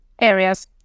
areas